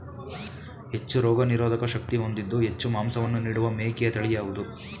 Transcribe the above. ಹೆಚ್ಚು ರೋಗನಿರೋಧಕ ಶಕ್ತಿ ಹೊಂದಿದ್ದು ಹೆಚ್ಚು ಮಾಂಸವನ್ನು ನೀಡುವ ಮೇಕೆಯ ತಳಿ ಯಾವುದು?